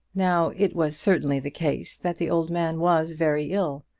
now it was certainly the case that the old man was very ill.